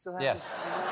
Yes